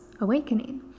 awakening